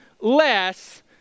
less